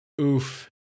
Oof